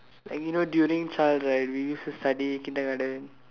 like you know during child right we used to study kindergarten